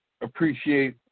appreciate